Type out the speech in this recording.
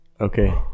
Okay